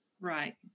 right